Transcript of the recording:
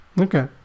Okay